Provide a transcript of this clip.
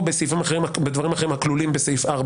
או בדברים אחרים הכלולים בסעיף 4